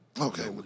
Okay